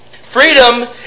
Freedom